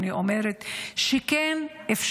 אני אומרת שאפשר,